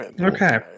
Okay